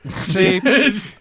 See